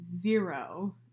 zero